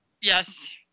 yes